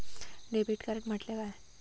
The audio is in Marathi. डेबिट कार्ड म्हटल्या काय?